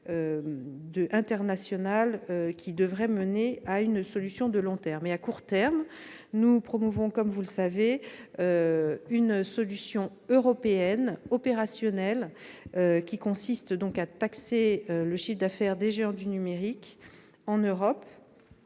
internationales qui devraient aboutir à une solution de long terme. À court terme, nous promouvons une solution européenne opérationnelle qui consiste à taxer le chiffre d'affaires des géants du numérique en Europe,